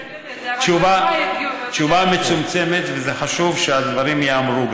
תשובה מצומצמת, וזה חשוב שהדברים ייאמרו.